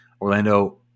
Orlando